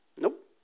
Nope